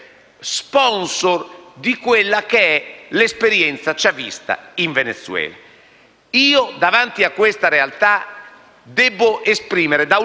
per come il Ministero degli esteri ha cercato di rispondere alle emergenze della nostra comunità locale. Mi sento in